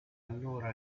allora